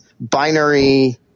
binary